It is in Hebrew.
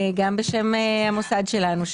גם בשם המוסד שלנו,